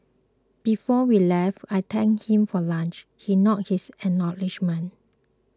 before we left I thanked him for lunch he nodded his acknowledgement